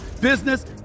business